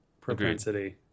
Propensity